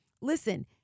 listen